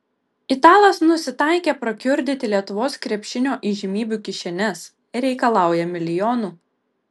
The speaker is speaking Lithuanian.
italas nusitaikė prakiurdyti lietuvos krepšinio įžymybių kišenes reikalauja milijonų